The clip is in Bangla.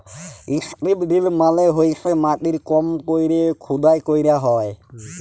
ইস্ত্রিপ ড্রিল মালে হইসে মাটির কম কইরে খুদাই ক্যইরা হ্যয়